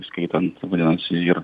įskaitant vadinasi ir